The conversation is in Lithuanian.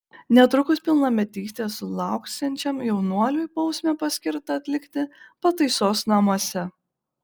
netrukus pilnametystės sulauksiančiam jaunuoliui bausmę paskirta atlikti pataisos namuose